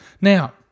Now